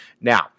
Now